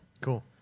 Cool